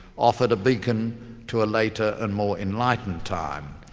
offered a beacon to a later and more enlightened time,